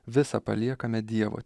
visą paliekame dievo